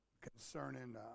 concerning